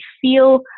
feel